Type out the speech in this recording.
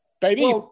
baby